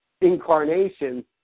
incarnation